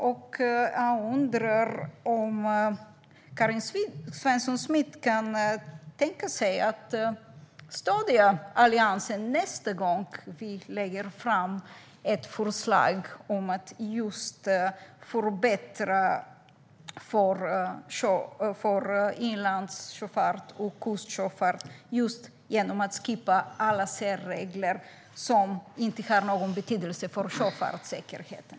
Jag undrar om Karin Svensson Smith kan tänka sig att stödja Alliansen nästa gång vi lägger fram ett förslag om att förbättra för inlandssjöfart och kustsjöfart just genom att skippa alla särregler som inte har någon betydelse för sjöfartssäkerheten.